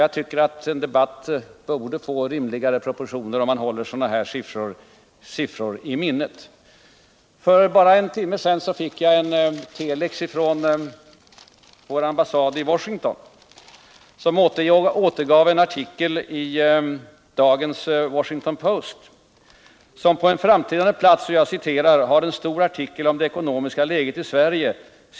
Jag anser att debatten borde få rimligare proportioner om man håller sådana siffror i minnet. För bara en timme sedan fick jag telex från vår ambassad i Washington. Man återgav en artikel i dagens Washington Post, där det på framträdande plats fanns en lång artikel signerad av Bernard Nossiter om det ekonomiska läget i Sverige.